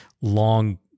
long